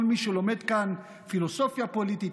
כל מי שלומד כאן פילוסופיה פוליטית,